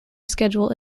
schedule